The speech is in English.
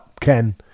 Ken